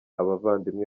abavandimwe